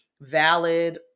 valid